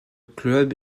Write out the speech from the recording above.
club